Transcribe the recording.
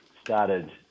started